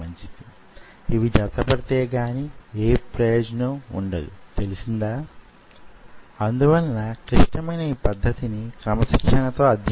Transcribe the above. ఆ విషయం మీకు ఎంత లోతు కావాలి అన్న దాని మీద ఆధారపడి వుంటుంది